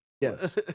Yes